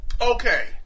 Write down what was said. okay